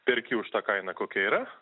perki už tą kainą kokia yra